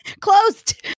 Closed